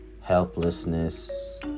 helplessness